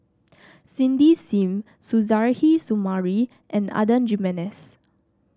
Cindy Sim Suzairhe Sumari and Adan Jimenez